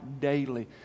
daily